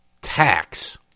tax